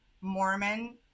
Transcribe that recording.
Mormon